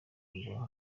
ijambo